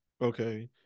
Okay